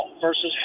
versus